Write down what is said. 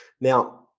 Now